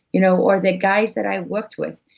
you know or the guys that i worked with,